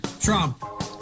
Trump